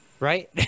Right